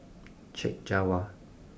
Chek Jawa